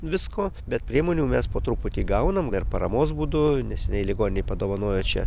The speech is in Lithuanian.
visko bet priemonių mes po truputį gaunam dar paramos būdu neseniai ligoninei padovanojo čia